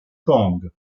kong